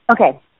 Okay